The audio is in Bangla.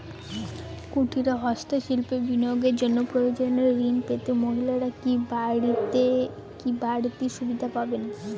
কুটীর ও হস্ত শিল্পে বিনিয়োগের জন্য প্রয়োজনীয় ঋণ পেতে মহিলারা কি বাড়তি সুবিধে পাবেন?